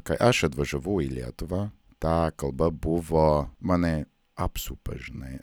kai aš atvažiavau į lietuvą tą kalba buvo mane apsupa žinai